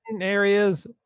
areas